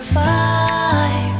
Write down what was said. five